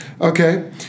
Okay